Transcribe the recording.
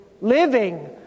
living